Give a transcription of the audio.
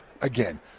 again